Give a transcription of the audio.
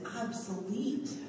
obsolete